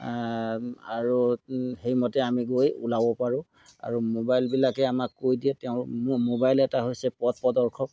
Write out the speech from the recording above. আৰু সেইমতে আমি গৈ ওলাব পাৰোঁ আৰু মোবাইলবিলাকে আমাক কৈ দিয়ে তেওঁ মোবাইল এটা হৈছে পথ প্ৰদৰ্শক